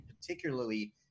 particularly